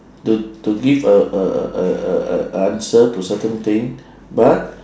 to to give a a a a a answer to certain thing but